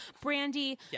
brandy